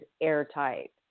airtight